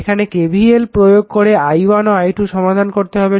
এখানে KVL প্রয়োগ করে i1 ও i2 সমাধান করতে হবে